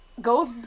goes